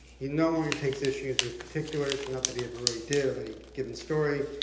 he no longer takes issues with particulars, not that he ever really did of any give story,